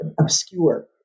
obscure